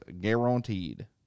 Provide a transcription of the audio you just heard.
guaranteed